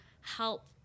help